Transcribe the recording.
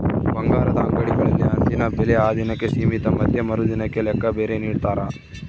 ಬಂಗಾರದ ಅಂಗಡಿಗಳಲ್ಲಿ ಅಂದಿನ ಬೆಲೆ ಆ ದಿನಕ್ಕೆ ಸೀಮಿತ ಮತ್ತೆ ಮರುದಿನದ ಲೆಕ್ಕ ಬೇರೆ ನಿಡ್ತಾರ